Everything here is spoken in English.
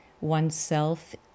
oneself